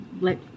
let